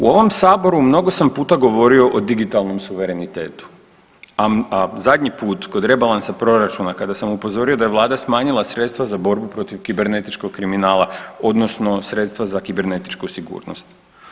U ovom saboru mnogo sam puta govorio o digitalnom suverenitetu, a zadnji put kod rebalansa proračuna kada sam upozorio da je vlada smanjila sredstava za borbu protiv kibernetičkog kriminala odnosno sredstva za kibernetičku sigurnost.